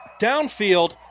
downfield